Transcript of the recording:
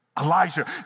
Elijah